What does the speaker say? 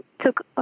took